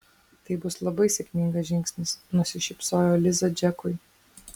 tai bus labai sėkmingas žingsnis nusišypsojo liza džekui